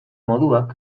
moduak